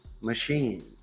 machine